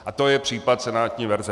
A to je případ senátní verze.